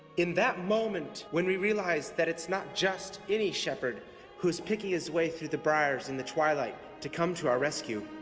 in that moment, when we realize that it's not just any shepherd who is picking his way through the briars in the twilight to come to our rescue,